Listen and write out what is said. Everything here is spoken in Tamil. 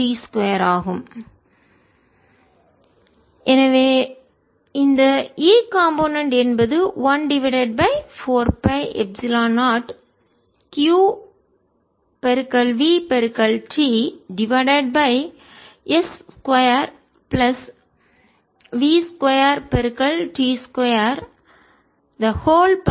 Ecomp Ecosθcosθ vts2v2t2Ecomp 14π0 qvts2v2t232z எனவேஇந்த E காம்போனென்ட் கூறு என்பது 1 divided by 4 pi epsilon 0 q v t divided by s 2 plus v 2t 2 32